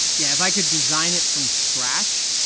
yeah, if i could design it from scratch,